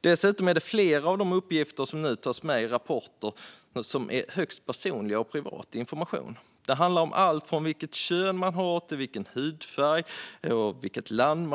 Dessutom är flera av de uppgifter som ska tas med i dessa rapporter högst personliga och privata. Det handlar om allt från kön till hudfärg och födelseland.